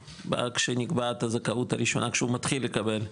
כשנקבעת הזכאות הראשונה, כשהוא מתחיל לקבל?